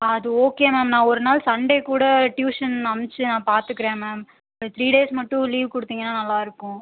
அது okay ma'am நான் ஒரு நாள் சண்டே கூட ட்யூஷன் அனுப்பி நான் பார்த்துக்கிறேன் மேம் ஒரு த்ரீ டேஸ் மட்டும் லீவ் கொடுத்தீங்கன்னா நல்லா இருக்கும்